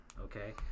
okay